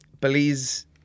Belize